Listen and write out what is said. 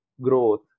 growth